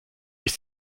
ist